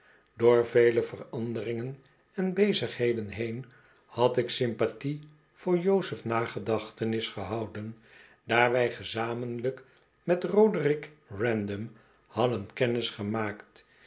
door vele veranderingen en bezigheden heen had ik sympathie voor jozefs nagedachtenis gehouden daar wij gezamenlijk met roderick random hadden kennis gemaakt